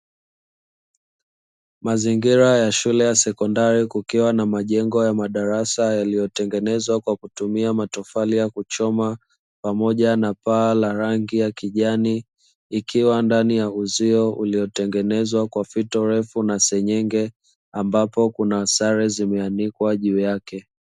Mazingira ya shule ya sekondari kukiwa na majengo ya madarasa yaliyotengenezwa kwa kutumia matofali ya kuchoma, pamoja na paa la rangi ya kijani, ikiwa ndani ya uzio uliotengenezwa kwa fito refu na senyenge, ambapo kuna sare zimeanikwa juu yake.